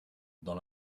dans